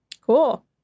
Cool